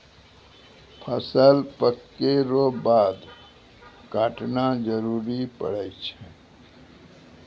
फसल पक्कै रो बाद काटना जरुरी पड़ै छै